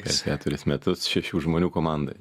kas ketverius metus šešių žmonių komandai